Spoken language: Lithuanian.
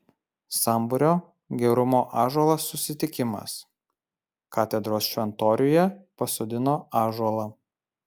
sambūrio gerumo ąžuolas susitikimas katedros šventoriuje pasodino ąžuolą